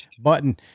button